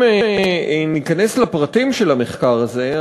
אם ניכנס לפרטים של המחקר הזה,